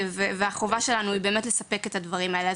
אז החובה שלנו היא לספק את הדברים האלה.